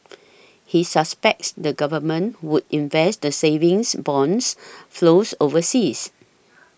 he suspects the government would invest the savings bonds flows overseas